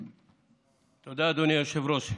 תודה, אדוני היושב-ראש.